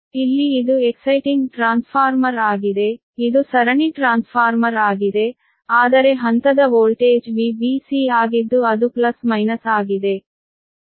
ಇಲ್ಲಿ ಇದು ಅತ್ಯಾಕರ್ಷಕ ಟ್ರಾನ್ಸ್ಫಾರ್ಮರ್ ಆಗಿದೆ ಇದು ಸರಣಿ ಟ್ರಾನ್ಸ್ಫಾರ್ಮರ್ ಆಗಿದೆ ಆದರೆ ಹಂತದ ವೋಲ್ಟೇಜ್ Vbc ಆಗಿದ್ದು ಅದು ಪ್ಲಸ್ ಮೈನಸ್ ಆಗಿದೆ